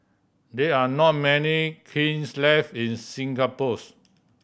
there are not many kilns left in Singapore's